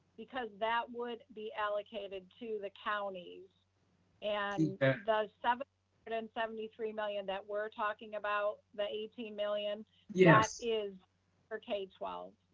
because that would be allocated to the counties and does seven hundred and and seventy three million that we're talking about the eighteen million yeah is for k twelve.